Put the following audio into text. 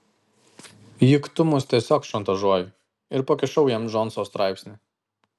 juk tu mus tiesiog šantažuoji ir pakišau jam džonso straipsnį